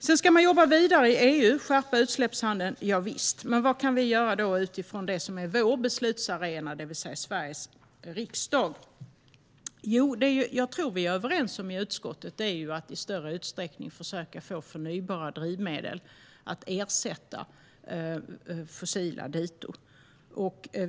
Sedan ska man jobba vidare i EU och skärpa utsläppshandeln - javisst. Men vad kan vi göra utifrån det som är vår beslutsarena, det vill säga Sveriges riksdag? Jo, jag tror att vi i utskottet är överens om att man i större utsträckning ska försöka få förnybara drivmedel att ersätta fossila diton.